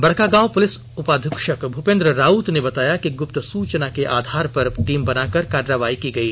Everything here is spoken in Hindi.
बड़कागांव पुलिस उपाधीक्षक भूपेंद्र राउत ने बताया कि गुप्त सुचना के आधार पर टीम बनाकर कार्रवाई की गई